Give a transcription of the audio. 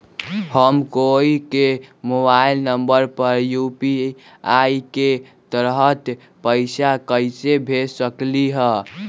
हम कोई के मोबाइल नंबर पर यू.पी.आई के तहत पईसा कईसे भेज सकली ह?